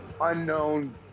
unknown